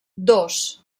dos